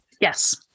Yes